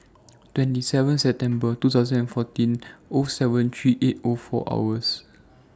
twenty seven September two thousand and fourteen O seven three eight O four hours